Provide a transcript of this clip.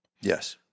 Yes